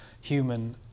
human